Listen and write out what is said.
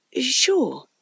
Sure